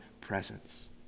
presence